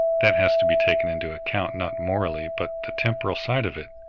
that has to be taken into account not morally but the temporal side of it.